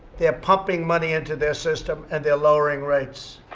they are pumping money into their system and they're lowering rates.